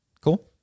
Cool